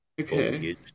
okay